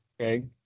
Okay